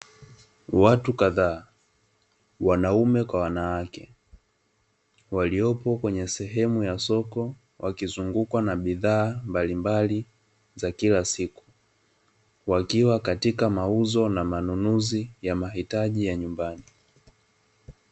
Watu kadhaa, wanaume kwa wanawake, waliopo kwenye sehemu ya soko wakizungukwa na bidhaa mbalimbali za kila siku, wakiwa katika mauzo na manunuzi ya mahitaji ya nyumbani.